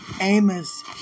Amos